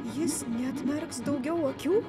jis neatmerks daugiau akių